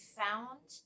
found